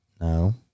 No